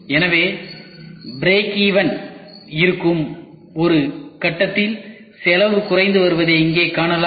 எனவே break even இருக்கும் ஒரு கட்டத்தில் செலவு குறைந்து வருவதை இங்கே காணலாம்